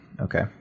Okay